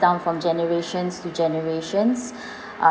down from generations to generations